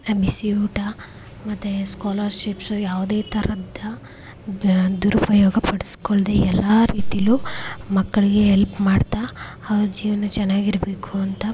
ಬಿಸಿ ಊಟ ಮತ್ತು ಸ್ಕಾಲರ್ಶಿಪ್ಶು ಯಾವುದೇ ಥರದ ಬೆ ದುರುಪಯೋಗ ಪಡಿಸ್ಕೊಳ್ದೆ ಎಲ್ಲ ರೀತಿಲೂ ಮಕ್ಳಿಗೆ ಎಲ್ಪ್ ಮಾಡ್ತಾ ಅವ್ರ ಜೀವನ ಚೆನ್ನಾಗಿರ್ಬೇಕು ಅಂತ